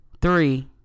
Three